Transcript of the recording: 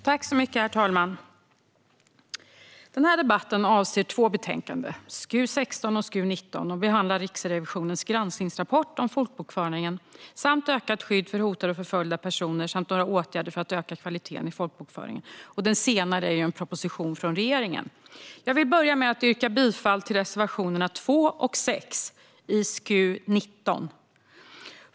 Herr talman! Denna debatt avser två betänkanden, SkU16 och SkU19, och behandlar Riksrevisionens granskningsrapport om folkbokföringen, ökat skydd för hotade och förföljda personer samt några åtgärder för att öka kvaliteten i folkbokföringen. Det senare är förslag i en proposition från regeringen. Jag vill börja med att yrka bifall till reservationerna 2 och 6 i SkU19.